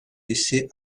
laissé